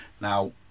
Now